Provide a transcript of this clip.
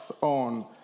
on